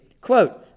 quote